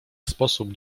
sposób